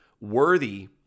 worthy